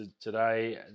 today